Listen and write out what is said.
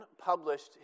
published